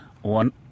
one